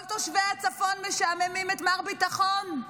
כל תושבי הצפון משעממים את מר ביטחון?